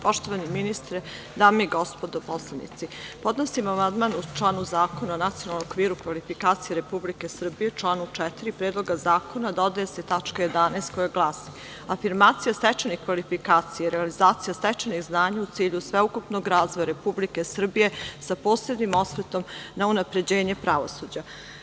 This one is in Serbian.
Poštovani ministre, dame i gospodo poslanici, podnosim amandman na član Zakona o NOK Republike Srbije - u članu 4. Predloga zakona dodaje se tačka 11) koja glasa: „Afirmacija stečenih kvalifikacija - realizacija stečenih znanja u cilju sveukupnog razvoja Republike Srbije s posebnim osvrtom na unapređenje pravosuđa“